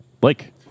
Blake